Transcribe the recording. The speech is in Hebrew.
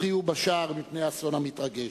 התריעו בשער מפני האסון המתרגש.